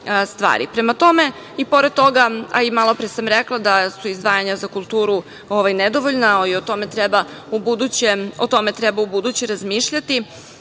tome, i pored toga, a i malopre sam rekla da su izdvajanja za kulturu nedovoljna i o tome treba ubuduće razmišljati,